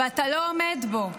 ואתה לא עומד בו.